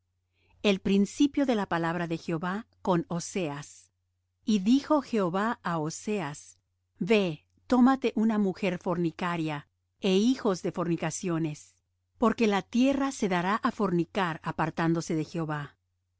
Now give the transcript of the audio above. el principio de la palabra de jehová con oseas y dijo jehová á oseas ve tómate una mujer fornicaria é hijos de fornicaciones porque la tierra se dará á fornicar apartándose de jehová